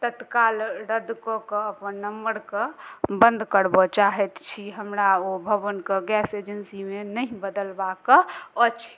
तत्काल रद्द कऽ कऽ अपन नंबरके बन्द करबऽ चाहैत छी हमरा ओ भवनके गैस एजेन्सीमे नहि बदलबाक अछि